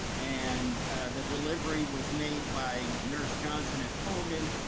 and the delivery was made by nurse johnson at cogan,